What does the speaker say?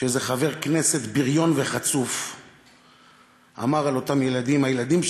שאיזה חבר כנסת בריון וחצוף אמר על אותם ילדים: